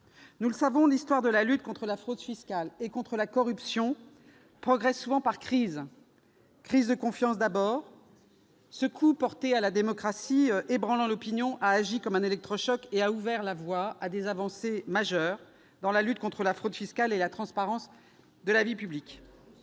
Nous le savons, l'histoire de la lutte contre la fraude et la corruption progresse souvent par crises. Crises de confiance, d'abord. Ce coup porté à la démocratie, ébranlant l'opinion, a agi comme un électrochoc et ouvert la voie à des avancées majeures dans cette lutte et dans la transparence de la vie publique.